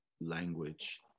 language